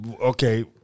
Okay